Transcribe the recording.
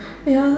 ya